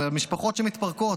על משפחות שמתפרקות,